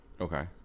okay